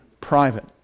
private